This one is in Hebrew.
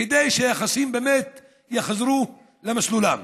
כדי שהיחסים באמת יחזרו למסלולם.